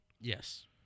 Yes